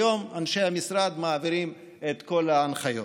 והיום אנשי המשרד מעבירים את כל ההנחיות.